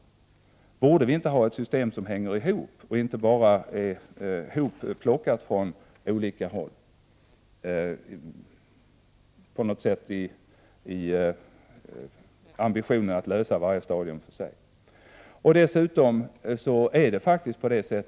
Men borde vi inte ha ett system som hänger ihop — som alltså inte bara är ett hopplock, präglat av ambitionen att åstadkomma en särskild lösning för varje stadium?